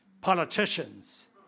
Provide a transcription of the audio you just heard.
politicians